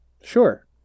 Sure